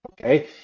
Okay